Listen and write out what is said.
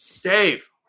Dave